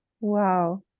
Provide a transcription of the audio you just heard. Wow